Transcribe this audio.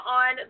on